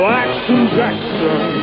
Jackson